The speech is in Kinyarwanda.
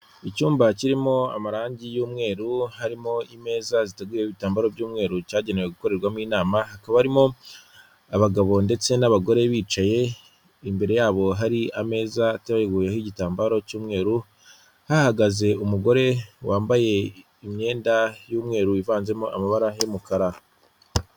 Icyumba kirimo amarangi y'umweru harimo imeza ziteguyeho ibitambaro by'umweru cyagenewe gukorerwamo inama, hakaba harimo abagabo ndetse n'abagore bicaye imbere yabo hari ameza ateguyeho igitambaro cy'umweru, hahagaze umugore wambaye imyenda y'umweru yivanzemo amabara y'umukara.